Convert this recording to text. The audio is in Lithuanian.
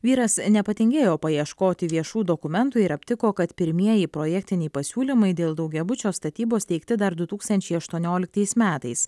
vyras nepatingėjo paieškoti viešų dokumentų ir aptiko kad pirmieji projektiniai pasiūlymai dėl daugiabučio statybos teikti dar du tūkstančiai aštuonioliktais metais